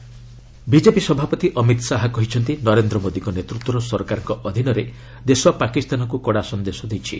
Amit Shah conclave BJP ସଭାପତି ଅମିତ୍ ଶାହା କହିଛନ୍ତି ନରେନ୍ଦ୍ର ମୋଦିଙ୍କ ନେତୃତ୍ୱର ସରକାରଙ୍କ ଅଧୀନରେ ଦେଶ ପାକିସ୍ତାନକୁ କଡ଼ା ସନ୍ଦେଶ ଦେଇଛି